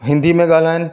हिंदी में ॻाल्हाइनि